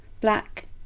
black